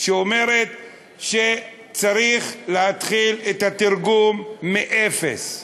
אומרת שצריך להתחיל את התרגום מאפס.